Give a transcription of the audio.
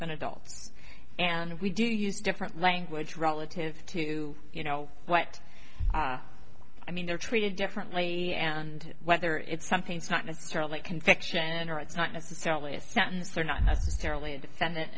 than adults and we do use different language relative to you know what i mean they're treated differently and whether it's something it's not necessarily a conviction or it's not necessarily a sentence they're not necessarily a defendant